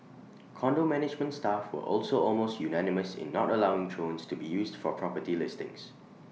condo management staff also almost unanimous in not allowing drones to be used for property listings